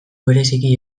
bereziki